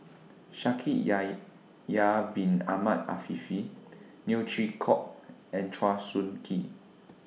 Yahya Bin Ahmed Afifi Neo Chwee Kok and Chua Soo Khim